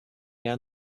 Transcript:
down